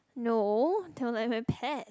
no they weren't like my pet